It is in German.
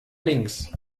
links